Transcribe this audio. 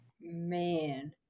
man